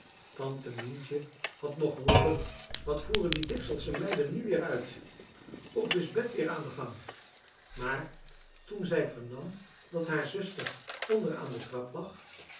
tante mientje had nog geroepen wat voeren die dekselsche meiden nu weer uit of is bet weer aan den gang maar toen zij vernam dat haar zuster onder aan de trap lag